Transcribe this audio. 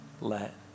let